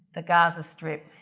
the gaza strip.